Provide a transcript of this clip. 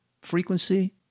frequency